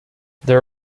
there